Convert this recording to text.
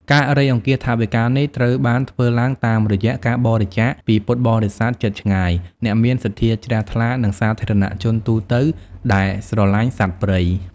ការរៃអង្គាសថវិកានេះត្រូវបានធ្វើឡើងតាមរយៈការបរិច្ចាគពីពុទ្ធបរិស័ទជិតឆ្ងាយ អ្នកមានសទ្ធាជ្រះថ្លា និងសាធារណជនទូទៅដែលស្រឡាញ់សត្វព្រៃ